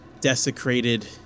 desecrated